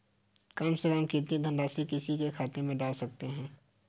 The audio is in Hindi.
कम से कम कितनी धनराशि किसी के खाते में डाल सकते हैं?